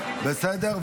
בסדר?